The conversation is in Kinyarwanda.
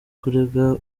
kurega